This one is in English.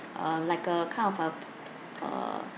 um like a kind of a uh